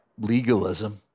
legalism